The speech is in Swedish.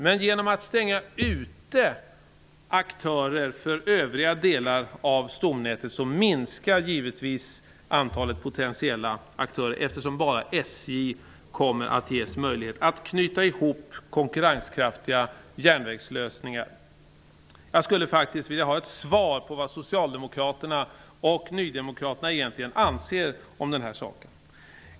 Men genom att man stänger ute aktörer för övriga delar av stomnätet minskar givetvis antalet potentiella aktörer, eftersom bara SJ kommer att ges möjlighet till konkurrenskraftiga järnvägslösningar. Jag skulle vilja ha ett svar på vad socialdemokraterna och nydemokraterna anser om denna sak.